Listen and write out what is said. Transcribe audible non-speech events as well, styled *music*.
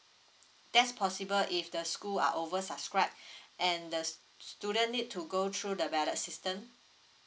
that's possible if the school are over subscribed *breath* and the student need to go through the ballot system